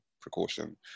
precaution